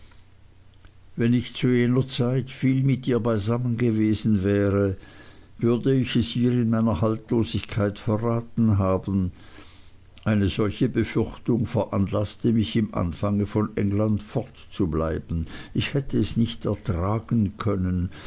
wenn ich zu jener zeit viel mit ihr beisammen gewesen wäre würde ich es ihr in meiner haltlosigkeit verraten haben eine solche befürchtung veranlaßte mich im anfange von england fortzubleiben ich hätte es nicht ertragen können